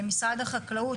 משרד החקלאות,